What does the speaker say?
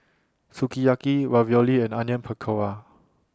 Sukiyaki Ravioli and Onion Pakora